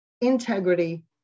integrity